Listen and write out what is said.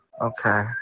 Okay